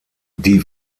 die